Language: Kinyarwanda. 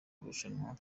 kurushanwa